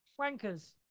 Wankers